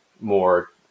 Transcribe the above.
more